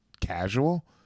casual